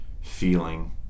feeling